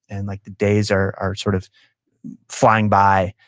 and like the days are are sort of flying by,